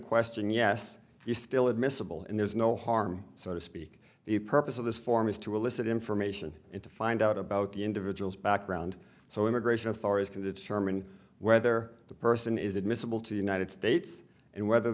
question yes you still admissible and there's no harm so to speak the purpose of this forum is to elicit information and to find out about the individual's background so immigration authorities can determine whether the person is admissible to the united states and whether